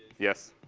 yes.